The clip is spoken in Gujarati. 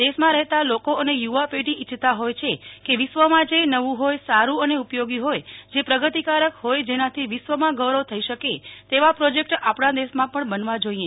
દેશમાં રહેતાં લોકો અને યુવા પેઢી ઈચ્છતા હોય છે કે વિશ્વમાં જે નવું હોય સારૂં અને ઉપયોગી હોય જે પ્રગતિકારક હોય જેનાથી વિશ્વમાં ગૌરવ થઈ શકે તેવાં પ્રોજેકટ આપણાં દેશમાં પણ બનવાં જોઈએ